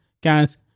guys